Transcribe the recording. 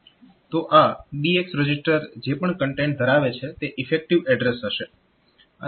તો આ BX register જે પણ કન્ટેન્ટ ધરાવે છે તે ઈફેક્ટીવ એડ્રેસ હશે